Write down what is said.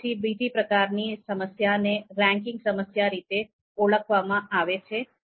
તે પછી બીજી પ્રકારની સમસ્યા ને રેન્કિંગ સમસ્યા રીતે ઓળખવામાં આવે છે